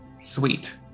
Sweet